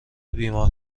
بیمار